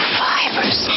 fibers